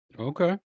okay